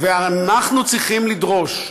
אנחנו צריכים לדרוש,